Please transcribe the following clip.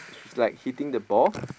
she's like hitting the ball